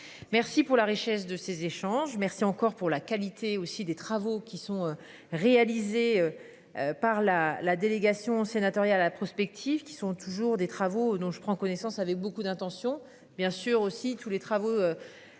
merci pour la richesse de ses échanges. Merci encore pour la qualité aussi des travaux qui sont réalisés. Par la la délégation sénatoriale à la prospective qui sont toujours des travaux dont je prends connaissance, avait beaucoup d'intentions bien sûr aussi tous les travaux.